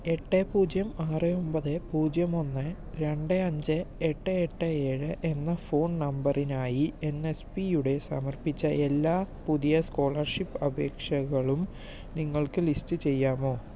എട്ട് പൂജ്യം ആറ് ഒൻപത് പൂജ്യം ഒന്ന് രണ്ട് അഞ്ച് എട്ട് എട്ട് ഏഴ് എന്ന ഫോൺ നമ്പറിനായി എൻ എസ് പിയുടെ സമർപ്പിച്ച എല്ലാ പുതിയ സ്കോളർഷിപ്പ് അപേക്ഷകളും നിങ്ങൾക്ക് ലിസ്റ്റ് ചെയ്യാമോ